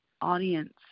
audience